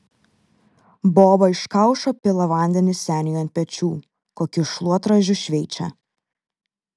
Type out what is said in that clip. boba iš kaušo pila vandenį seniui ant pečių kokiu šluotražiu šveičia